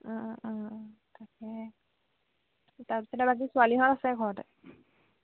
তাকে তাৰপিছতে বাকী ছোৱালীহঁত আছে ঘৰতে